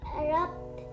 erupt